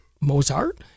Mozart